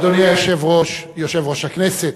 אדוני היושב-ראש, יושב-ראש הכנסת,